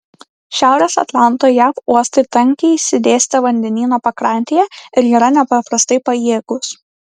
šiaurės atlanto jav uostai tankiai išsidėstę vandenyno pakrantėje ir yra nepaprastai pajėgūs